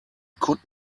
could